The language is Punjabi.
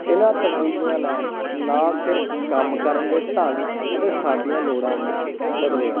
ਇਹਨਾਂ ਤਬਦੀਲੀਆਂ ਨੇ ਨਾ ਸਿਰਫ ਕੰਮ ਕਰਨ ਦੇ ਢੰਗ ਅਤੇ ਸਾਡੀਆਂ ਲੋੜਾਂ ਨੂੰ ਬਦਲਿਆ